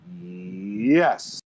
Yes